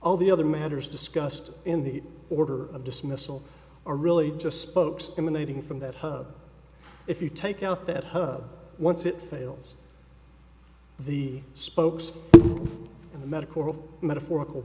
all the other matters discussed in the order of dismissal are really just spokes emanating from that hub if you take out that hub once it fails the spokes in the medical metaphorical